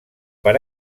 per